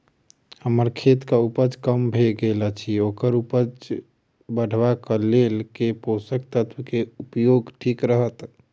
हम्मर खेतक उपज कम भऽ गेल अछि ओकर उपज बढ़ेबाक लेल केँ पोसक तत्व केँ उपयोग ठीक रहत?